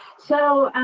so,